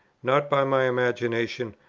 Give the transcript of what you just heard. not by my imagination,